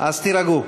אז תירגעו.